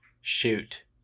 shoot